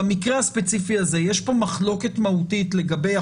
במקרה הספציפי הזה יש פה מחלוקת מהותית לגבי,